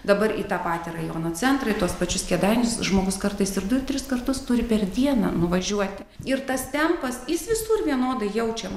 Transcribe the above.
dabar į tą patį rajono centrą į tuos pačius kėdainius žmogus kartais ir du tris kartus turi per dieną nuvažiuoti ir tas tempas jis visur vienodai jaučiam